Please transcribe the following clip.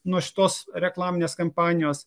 nuo šitos reklaminės kampanijos